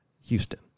houston